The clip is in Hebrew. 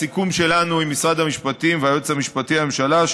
הסיכום שלנו עם משרד המשפטים והיועץ המשפטי לממשלה הוא